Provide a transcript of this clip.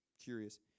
curious